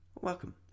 welcome